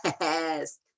yes